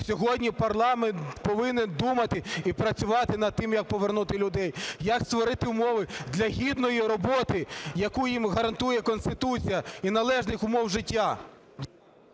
Сьогодні парламент повинен думати і працювати над тим, як повернути людей, як створити умови для гідної роботи, яку їм гарантує Конституція, і належних умов життя.